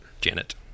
Janet